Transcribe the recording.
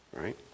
right